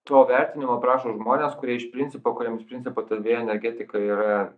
to vertinimo prašo žmonės kurie iš principo kuriems iš principo ta vėjo energetika yra